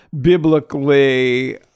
biblically